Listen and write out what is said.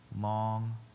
long